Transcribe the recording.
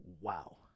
Wow